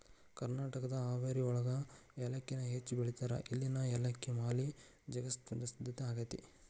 ಕರ್ನಾಟಕದ ಹಾವೇರಿಯೊಳಗ ಯಾಲಕ್ಕಿನ ಹೆಚ್ಚ್ ಬೆಳೇತಾರ, ಇಲ್ಲಿನ ಯಾಲಕ್ಕಿ ಮಾಲಿ ಜಗತ್ಪ್ರಸಿದ್ಧ ಆಗೇತಿ